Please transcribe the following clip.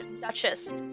Duchess